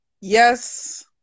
yes